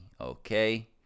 Okay